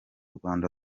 rwanda